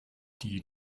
die